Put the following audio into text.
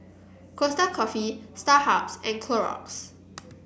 Costa Coffee Starhub and Clorox